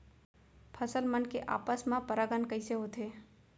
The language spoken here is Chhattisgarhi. फसल मन के आपस मा परागण कइसे होथे?